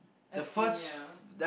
a senior